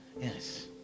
Yes